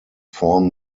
form